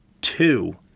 Two